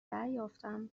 دریافتم